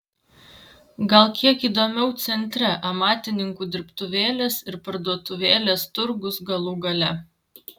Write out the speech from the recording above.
gal kiek įdomiau centre amatininkų dirbtuvėlės ir parduotuvėlės turgus galų gale